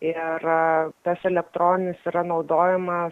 ir tas elektroninis yra naudojamas